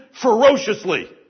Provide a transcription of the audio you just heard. ferociously